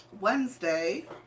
Wednesday